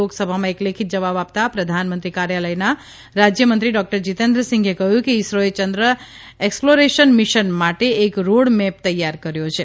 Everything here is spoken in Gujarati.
લોકસભામાં એક લેખિત જવાબ આપતાં પ્રધાનમંત્રી કાર્યાલયના રાજયમંત્રી ડોકટર જીતેન્દ્રસિંઘે કહ્યું કે ઇસરોએ ચંદ્ર એકસપલોરેશન મિશન માટે એક રોડમેપ તૈયાર કર્યો છે